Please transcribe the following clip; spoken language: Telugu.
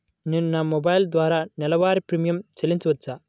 నేను నా మొబైల్ ద్వారా నెలవారీ ప్రీమియం చెల్లించవచ్చా?